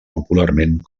popularment